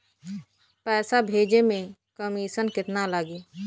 पैसा भेजे में कमिशन केतना लागि?